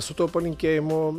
su tuo palinkėjimu